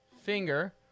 finger